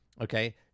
okay